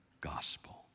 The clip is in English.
gospel